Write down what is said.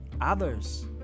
Others